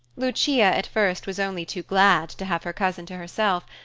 lucia at first was only too glad to have her cousin to herself,